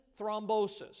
thrombosis